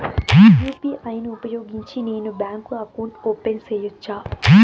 UPI ను ఉపయోగించి నేను బ్యాంకు అకౌంట్ ఓపెన్ సేయొచ్చా?